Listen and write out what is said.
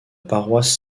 paroisse